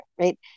right